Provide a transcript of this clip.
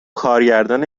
کارگردان